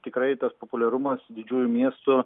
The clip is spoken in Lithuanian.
tikrai tas populiarumas didžiųjų miestų